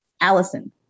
Allison